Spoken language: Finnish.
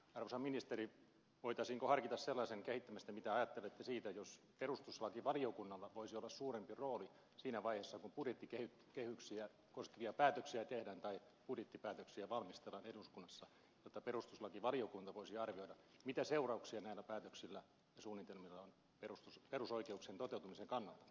arvoisa ministeri voitaisiinko harkita sellaisen kehittämistä mitä ajattelette siitä että perustuslakivaliokunnalla olisi suurempi rooli siinä vaiheessa kun budjettikehyksiä koskevia päätöksiä tehdään tai budjettipäätöksiä valmistellaan eduskunnassa jotta perustuslakivaliokunta voisi arvioida mitä seurauksia näillä päätöksillä ja suunnitelmilla on perusoikeuksien toteutumisen kannalta